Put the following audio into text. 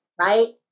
right